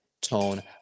tone